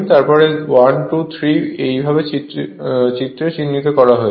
তারপর 1 2 3 এইভাবে এই চিত্রে চিহ্নিত করা হয়েছে